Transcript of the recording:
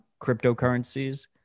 cryptocurrencies